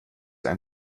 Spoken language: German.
ein